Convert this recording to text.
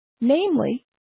namely